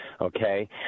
okay